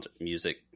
music